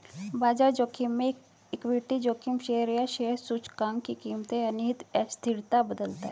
बाजार जोखिम में इक्विटी जोखिम शेयर या शेयर सूचकांक की कीमतें या निहित अस्थिरता बदलता है